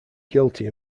guilty